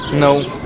no